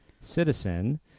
citizen